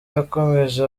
yakomeje